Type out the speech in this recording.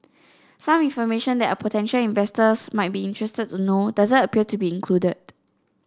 some information that a potential investors might be interested to know doesn't appear to be included